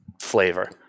flavor